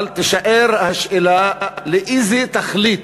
אבל תישאר השאלה לאיזו תכלית.